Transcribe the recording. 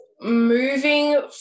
moving